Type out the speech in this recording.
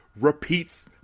repeats